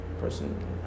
person